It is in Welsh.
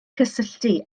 cysylltu